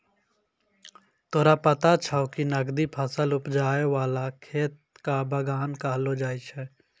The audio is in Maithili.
तोरा पता छौं कि नकदी फसल उपजाय वाला खेत कॅ बागान कहलो जाय छै